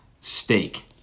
Steak